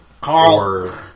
Carl